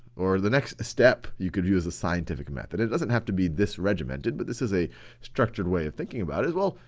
or the next step you could view as a scientific method. it doesn't have to be this regimented, but this is a structured way of thinking about it. well,